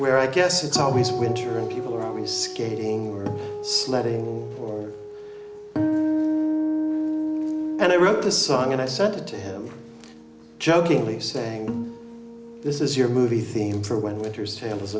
where i guess it's always winter and people are always skating sledding or i wrote this song and i said to him jokingly saying this is your movie theme for when winter's tale was